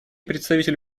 представитель